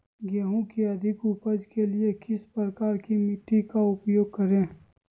गेंहू की अधिक उपज के लिए किस प्रकार की मिट्टी का उपयोग करे?